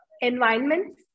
environments